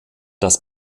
das